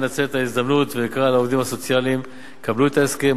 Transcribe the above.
אנצל את ההזדמנות ואקרא לעובדים הסוציאליים: קבלו את ההסכם,